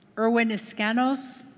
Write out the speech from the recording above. irwin escanos?